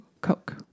Coke